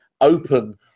open